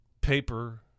paper